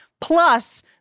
plus